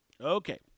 Okay